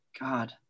God